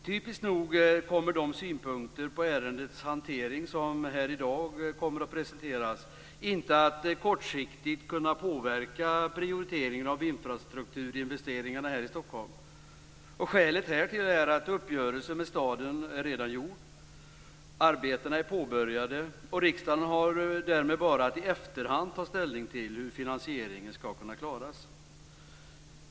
Typiskt nog kommer de synpunkter på ärendets hantering som här i dag kommer att presenteras inte att kortsiktigt kunna påverka prioriteringen av infrastrukturinvesteringarna här i Stockholm. Skälet härtill är att uppgörelsen med staden redan är gjord. Arbetena är påbörjade, och riksdagen har därmed bara att i efterhand ta ställning till hur finansieringen skall kunna klaras.